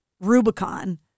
Rubicon